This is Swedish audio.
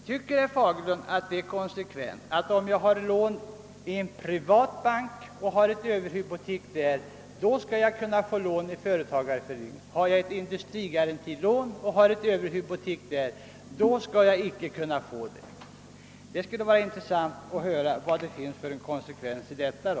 Tycker herr Fagerlund att det är konsekvent att om jag har ett lån med överhypotek i en privat bank så får jag lån av företagareföreningen, men om jag har ett industrigarantilån med överhypotek får jag inte något lån av företagareföreningen? Det skulle vara intressant att höra vad det finns för konsekvens häri.